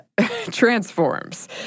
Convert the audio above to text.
transforms